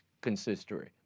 consistory